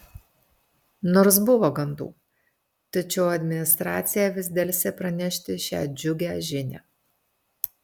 nors buvo gandų tačiau administracija vis delsė pranešti šią džiugią žinią